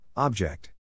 Object